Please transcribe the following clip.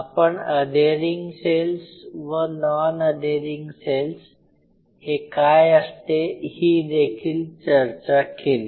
आपण adhering cells व non adhering cells हे काय असते ही देखील चर्चा केली